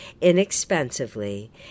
inexpensively